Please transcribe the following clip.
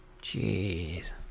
Jeez